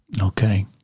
Okay